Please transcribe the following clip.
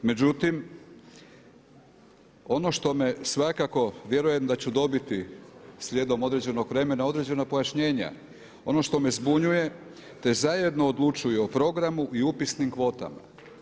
Međutim, ono što me svakako vjerujem da ću dobiti slijedom određenog vremena određena pojašnjenja, ono što me zbunjuju te zajedno odlučuju i programu i upisnim kvotama.